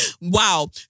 Wow